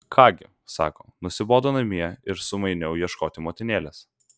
ką gi sako nusibodo namie ir sumaniau ieškoti motinėlės